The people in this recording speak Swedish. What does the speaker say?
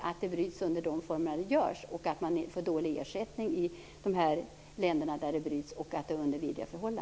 Jo, det har att göra med formerna för brytningen och med att det är dålig ersättning i de länder där uranet bryts. Förhållandena är dessutom vidriga.